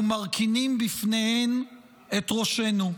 ומרכינים בפניהן את ראשנו.